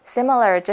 Similar